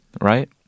right